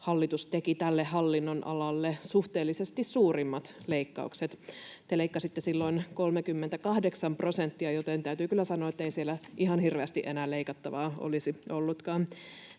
hallitus teki tälle hallinnonalalle suhteellisesti suurimmat leikkaukset. Te leikkasitte silloin 38 prosenttia, joten täytyy kyllä sanoa, ettei siellä ihan hirveästi enää leikattavaa olisi ollutkaan.